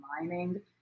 mining